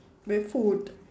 with food